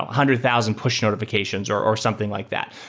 hundred thousand push notifications or or something like that.